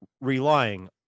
relying